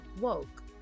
woke